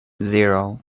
zero